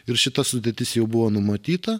ir šita sudėtis jau buvo numatyta